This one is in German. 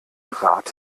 rad